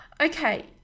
Okay